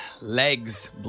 Legs